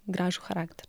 gražų charakterį